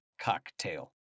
cocktail